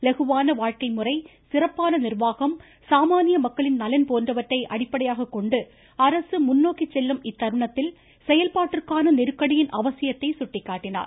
இலகுவான வாழ்க்கை முறை சிறப்பான நிர்வாகம் சாமானிய மக்களின் நலம் போன்றவற்றை அடிப்படையாகக் கொண்டு அரசு முன்னோக்கிச் செல்லும் இத்தருணத்தில் செயல்பாட்டிற்கான நெருக்கடியின் அவசியத்தை சுட்டிக்காட்டினார்